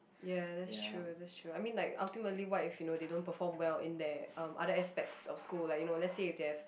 ya that's true that's true I mean like ultimately what if you know they don't perform well in their um other aspects of school like you know let's say if they have